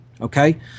okay